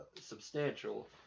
substantial